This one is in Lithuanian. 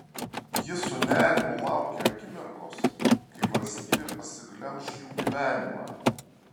ji su nerimu laukė akimirkos kai valstybė pasiglemš jų gyvenimą